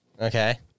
Okay